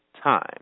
time